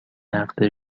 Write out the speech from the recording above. نقد